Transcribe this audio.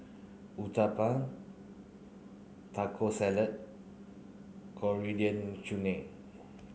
Uthapam Taco Salad Coriander Chutney